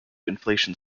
inflation